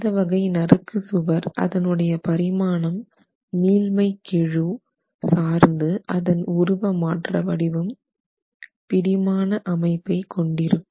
இந்த வகை நறுக்கு சுவர் அதனுடைய பரிமாணம் மீள்மைக் கெழு சார்ந்து அதன் உருவ மாற்ற வடிவம் பிடி மான அமைப்பை கொண்டிருக்கும்